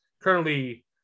currently